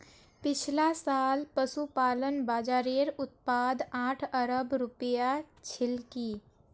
पिछला साल पशुपालन बाज़ारेर उत्पाद आठ अरब रूपया छिलकी